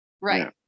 Right